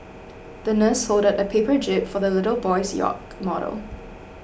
the nurse folded a paper jib for the little boy's yacht model